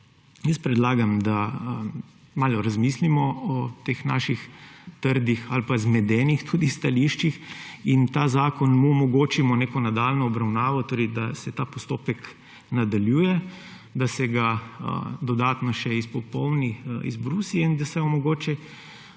Jaz predlagam, da malo razmislimo o teh naših trdnih ali pa tudi zmedenih stališčih in temu zakonu omogočimo neko nadaljnjo obravnavo, da se ta postopek torej nadaljuje, da se ga dodatno še izpopolni, izbrisi in da se mu omogoči,